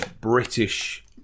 British